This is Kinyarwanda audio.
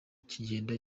kigenda